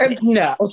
no